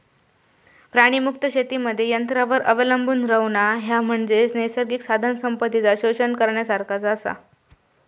प्राणीमुक्त शेतीमध्ये यंत्रांवर अवलंबून रव्हणा, ह्या म्हणजे नैसर्गिक साधनसंपत्तीचा शोषण करण्यासारखाच आसा